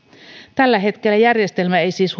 tällä hetkellä järjestelmä ei siis